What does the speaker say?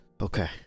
Okay